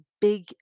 big